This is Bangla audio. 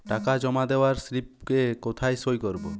টাকা জমা দেওয়ার স্লিপে কোথায় সই করব?